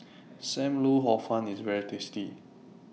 SAM Lau Hor Fun IS very tasty